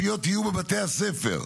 זאת אומרת,